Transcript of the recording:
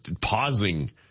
pausing